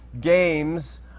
games